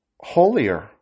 holier